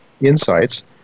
insights